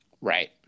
Right